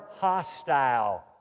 hostile